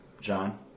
John